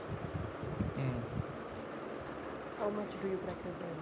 إں